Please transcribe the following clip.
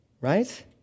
right